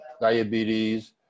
diabetes